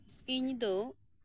ᱦᱩᱲᱩ